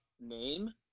name